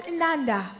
Inanda